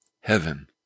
heaven